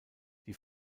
die